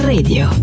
Radio